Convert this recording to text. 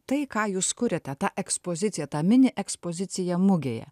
tai ką jūs kuriate ta ekspozicija ta mini ekspozicija mugėje